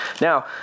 Now